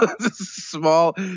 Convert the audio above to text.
small